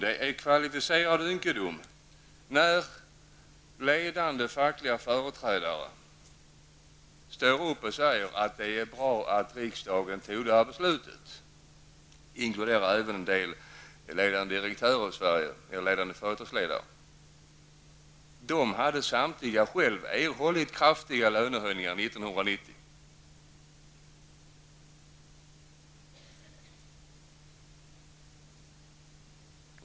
Det är kvalificerad ynkedom när ledande fackliga företrädare -- och även en del ledande företagsledare i Sverige -- står upp och säger att det är bra att riksdagen fattade det här beslutet. De hade samtliga erhållit kraftiga lönehöjningar 1990.